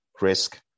risk